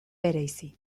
bereizi